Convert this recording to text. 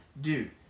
dude